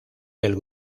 del